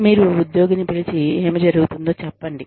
మీరు ఉద్యోగిని పిలిచి ఏమి జరుగుతుందో చెప్పండి